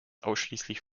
ausschließlich